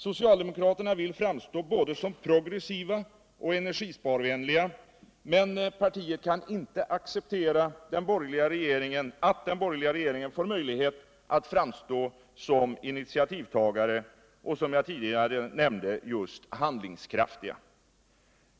Socialdemokraterna vill framstå som både progressiva och energisparvänliga, men kan inte acceptera att den borgerliga regeringen får möjlighet att framstå som initiativtagare och, som jag tidigare nämnde, just handlingskraftiga.